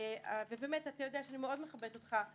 אני מאוד מכבדת אותך.